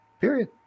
Period